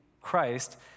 Christ